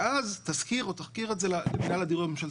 ואז תשכיר או תחכיר את זה למנהל הדיור הממשלתי.